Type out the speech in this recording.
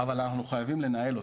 אבל אנחנו חייבים לנהל אותה.